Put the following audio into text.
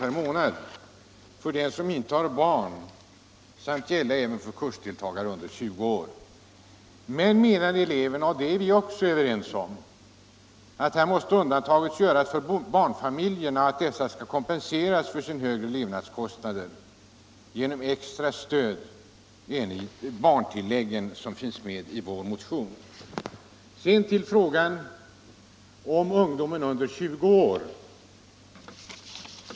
per månad för den som inte har barn, att gälla även för kursdeltagare under 20 år.” Men eleverna menar, och där har vi samma uppfattning, att barnfamiljerna bör kompenseras för sina högre levnadskostnader genom extra stöd i enlighet med förslaget om barntillägg som finns intaget i vår motion 1708. Sedan till frågan om ungdom under 20 år.